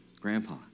Grandpa